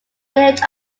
village